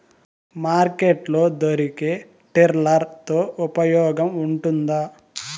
Market లో దొరికే tiller తో ఉపయోగం ఉంటుందా?